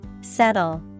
Settle